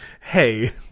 hey